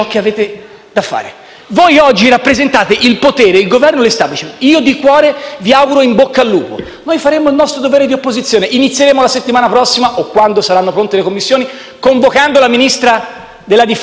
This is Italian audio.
Voi oggi rappresentate il potere, il Governo, l'*establishment*. Io di cuore vi auguro in bocca al lupo. Noi faremo il nostro dovere di opposizione. Inizieremo la settimana prossima, o quando saranno pronte le Commissioni, convocando la Ministra della difesa